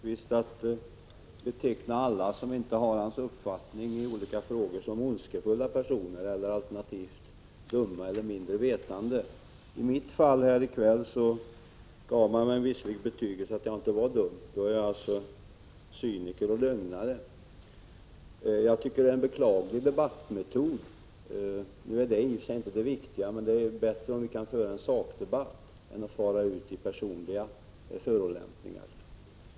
Herr talman! Det finns en tendens hos Oswald Söderqvist att beteckna alla som inte har hans uppfattning i olika frågor som ondskefulla personer, alternativt dumma eller mindre vetande. Jag fick i kväll visserligen inte betyget dum, men jag skulle alltså i stället vara cyniker och lögnare. Detta är en beklaglig debattmetod. Den saken är i och för sig inte det viktiga, men det är bättre om vi kan föra en sakdebatt i stället för att fara ut i personliga förolämpningar.